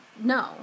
no